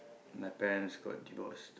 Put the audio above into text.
my parents got divorced